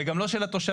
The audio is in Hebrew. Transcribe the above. וגם לא של התושבים.